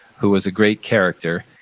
who was a great character.